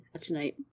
tonight